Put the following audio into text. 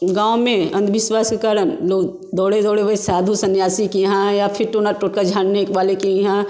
गाँव में अंधविश्वास के कारण लोग दौड़े दौड़े हुए साधु सन्यासी के यहाँ आए या फिर टोना टोटका झाड़ने वाले के यहाँ